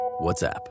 WhatsApp